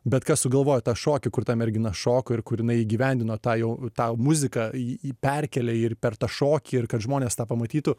bet kas sugalvojo tą šokį kur ta mergina šoka ir kur jinai įgyvendino tą jau tą muziką jį perkėlė ir per tą šokį ir kad žmonės tą pamatytų